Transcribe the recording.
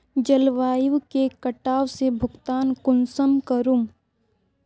जलवायु के कटाव से भुगतान कुंसम करूम?